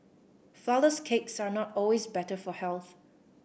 flourless cakes are not always better for health